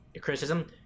criticism